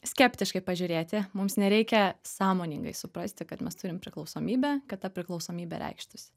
skeptiškai pažiūrėti mums nereikia sąmoningai suprasti kad mes turim priklausomybę kad ta priklausomybė reikštųsi